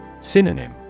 Synonym